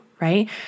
right